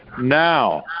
Now